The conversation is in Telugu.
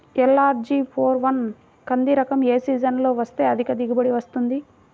ఎల్.అర్.జి ఫోర్ వన్ కంది రకం ఏ సీజన్లో వేస్తె అధిక దిగుబడి వస్తుంది?